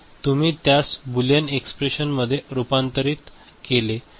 जर तुम्ही त्यास बूलियन एक्सप्रेशन्स मध्ये रुपांतरित केले तर